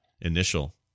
initial